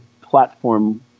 platform